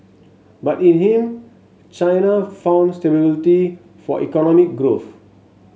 but in him China found stability for economic growth